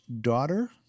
daughter